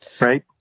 Right